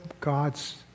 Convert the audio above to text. God's